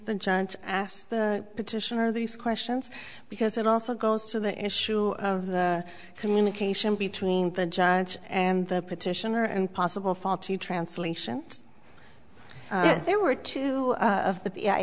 the giant asked the petitioner these questions because it also goes to the issue of the communication between the judge and the petitioner and possible faulty translation there were two